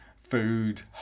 food